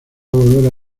volver